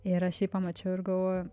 ir aš jį pamačiau ir glvoju